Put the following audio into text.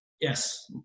Yes